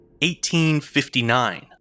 1859